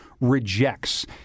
rejects